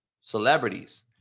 celebrities